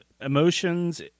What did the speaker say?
emotions